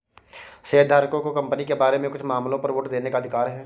शेयरधारकों को कंपनी के बारे में कुछ मामलों पर वोट देने का अधिकार है